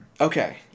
Okay